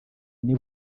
n’i